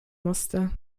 musste